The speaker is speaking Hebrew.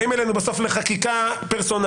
באים אלינו בסוף לחקיקה פרסונלית.